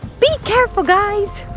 be careful, guys!